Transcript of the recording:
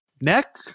neck